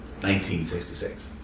1966